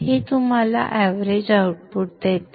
हे तुम्हाला average output देते